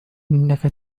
إنك